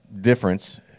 difference